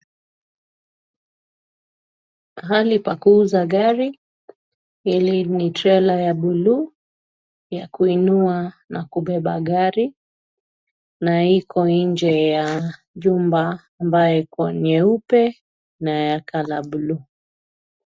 Mahali pa kuuza gari. Hili ni trela ya bluu ya kuinua na kubeba gari, na iko nje ya nyumba ambayo ni nyeupe na ya (cs)colour(cs) bluu.